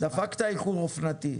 דפקת איחור אופנתי,